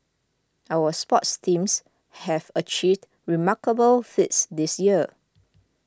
our sports teams have achieved remarkable feats this year